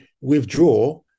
withdraw